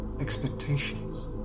expectations